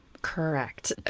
Correct